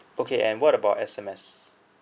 okay and what about S_M_S